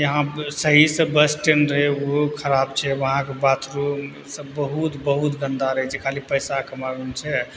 यहाँ सही से बस स्टैण्ड रहै ओहो खराब छै वहाँके बाथरूम सब बहुत बहुत गन्दा रहै छै खाली पैसा कमाबैमे छै